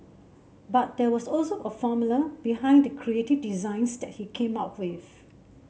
but there was also a formula behind the creative designs that he came with